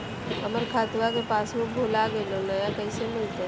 हमर खाता के पासबुक भुला गेलई, नया कैसे मिलतई?